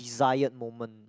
desired moment